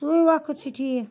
سُے وَقت چھُ ٹھیک